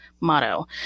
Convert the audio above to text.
motto